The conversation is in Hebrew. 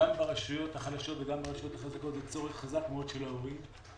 ברשויות החלשות וגם ברשויות החזקות זה צורך חזק מאוד של ההורים.